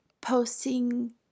posting